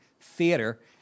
Theater